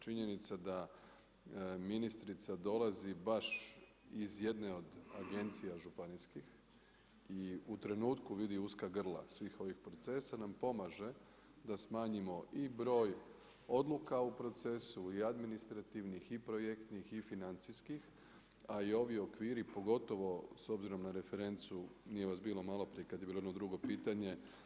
Činjenica da ministrica dolazi baš iz jedne od agencija županijskih i u trenutku vidi uska grla svih ovih procesa nam pomaže da smanjimo i broj odluka u procesu i administrativnih i projektnih i financijskih a i ovi okviri pogotovo s obzirom na referencu, nije vas bilo maloprije kada je bilo ono drugo pitanje.